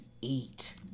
eat